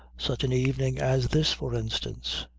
such an evening as this for instance.